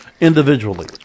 individually